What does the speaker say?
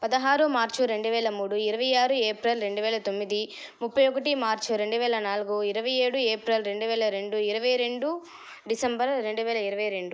పదహారు మార్చు రెండువేల మూడు ఇరవై ఆరు ఏప్రిల్ రెండువేల తొమ్మిది ముప్పై ఒకటి మార్చ్ రెండువేల నాలుగు ఇరవైఏడు ఏప్రిల్ రెండువేల రెండు ఇరవైరెండు డిసెంబర్ రెండువేల ఇరవైరెండు